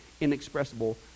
inexpressible